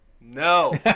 No